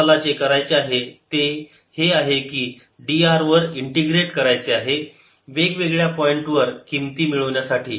आता मला जे काही करायचे आहे ते हि आहे कि dr वर इंटिग्रेट करायचे आहे वेगवेगळ्या पॉईंटवर किमती मिळवण्यासाठी